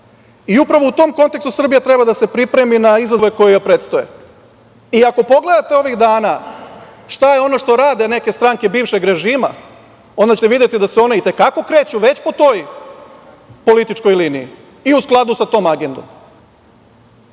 Upravo u tom kontekstu Srbija treba da se pripremi na izazove koji joj predstoje. Ako pogledate ovih dana šta je ono što rade neke stranke bivšeg režima, onda ćete videti da se one i te kako kreću već po toj političkoj liniji i u skladu sa tom agendom. Da